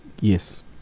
Yes